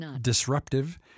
disruptive